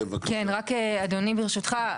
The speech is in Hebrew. כן, אדוני ברשותך.